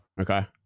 Okay